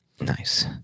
Nice